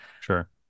Sure